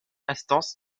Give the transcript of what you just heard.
instance